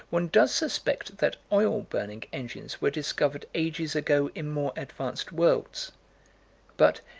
one does suspect that oil-burning engines were discovered ages ago in more advanced worlds but,